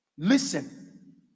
Listen